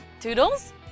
toodles